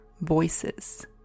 voices